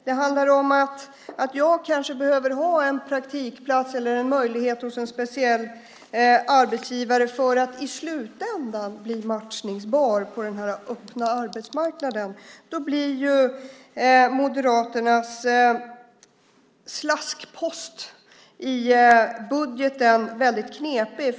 Det handlar om att jag kanske behöver ha en praktikplats eller en möjlighet hos en speciell arbetsgivare för att i slutändan bli matchningsbar på den öppna arbetsmarknaden. Då blir Moderaternas slaskpost i budgeten väldigt knepig.